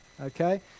Okay